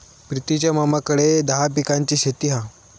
प्रितीच्या मामाकडे दहा पिकांची शेती हा